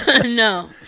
no